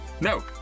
No